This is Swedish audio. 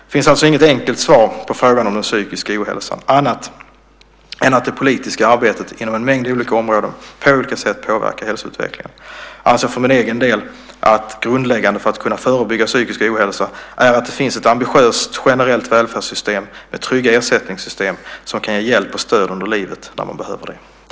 Det finns alltså inget enkelt svar på frågan om den psykiska ohälsan, annat än att det politiska arbetet inom en mängd olika områden på olika sätt påverkar hälsoutvecklingen. Jag anser för min egen del att grundläggande för att kunna förebygga psykisk ohälsa är att det finns ett ambitiöst generellt välfärdssystem, med trygga ersättningssystem, som kan ge hjälp och stöd under livet när man behöver det.